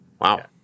Wow